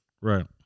Right